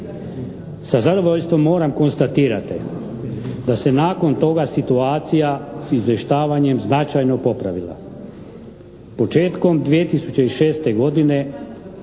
Sa zadovoljstvom moram konstatirati da se nakon toga situacija s izvještavanjem značajno popravila. Početkom 2006. godine